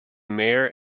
mayor